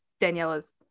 Daniela's